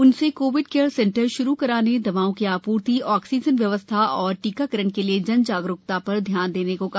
उनसे COVID care centre शुरू कराने दवाओं की आपूर्तिए आक्सीजन व्यवस्था और टीकाकरण के लिए जन जागरूकता पर ध्यान देने को कहा